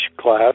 class